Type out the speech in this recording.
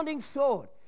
sword